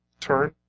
Turn